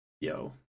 Yo